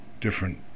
different